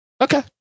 Okay